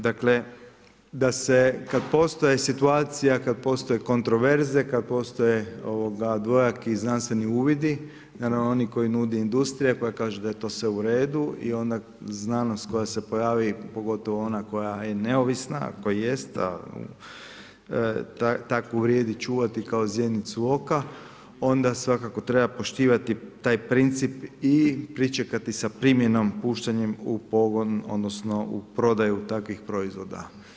Dakle, kad postoje situacija, kad postoje kontraverze, kad postoje dvojaki znanstveni uvidi, naravno oni koje nude industrija koja kaže da je to sve u redu i onda znanost koja se pojavi, pogotovo ona koja je neovisna, ako jest, takvu vrijedi čuvati kao zjenicu oka, onda svakako treba poštovati taj princip i pričekati sa primjenom puštanja u pogon odnosno u prodaju takvih proizvoda.